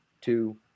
two